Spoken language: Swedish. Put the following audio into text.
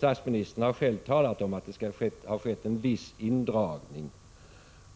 Statsministern har själv talat om att det har skett ”en viss indragning”.